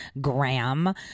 Graham